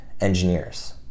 engineers